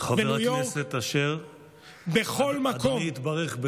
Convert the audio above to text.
בניו יורק, בכל מקום.